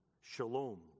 shalom